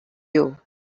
you